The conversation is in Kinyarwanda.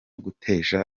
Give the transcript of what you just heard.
gutesha